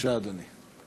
בבקשה, אדוני.